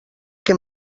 que